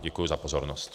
Děkuji za pozornost.